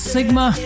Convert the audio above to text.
Sigma